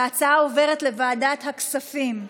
וההצעה עוברת לוועדת הכספים.